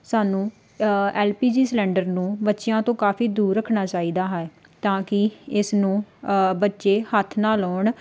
ਸਾਨੂੰ L P G cylinder ਨੂੰ ਬੱਚਿਆਂ ਤੋਂ ਕਾਫ਼ੀ ਦੂਰ ਰੱਖਣਾ ਚਾਹੀਦਾ ਹੈ ਤਾਂ ਕਿ ਇਸਨੂੰ ਬੱਚੇ ਹੱਥ ਨਾ ਲਗਾਉਣ